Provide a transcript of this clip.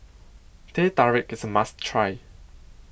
Teh Tarik IS A must Try